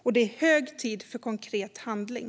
Det är hög tid för konkret handling.